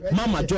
Mama